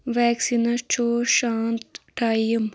vaccines چھُ شانت time